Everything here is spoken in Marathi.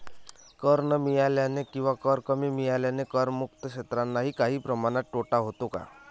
कर न मिळाल्याने किंवा कर कमी मिळाल्याने करमुक्त क्षेत्रांनाही काही प्रमाणात तोटा होतो का?